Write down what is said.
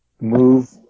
move